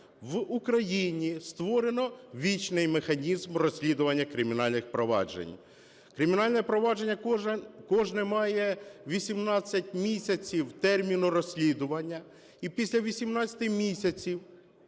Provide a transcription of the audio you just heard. в Україні створено вічний механізм розслідування кримінальних проваджень. Кримінальне провадження кожне має 18 місяців терміну розслідування, і після 18 місяців,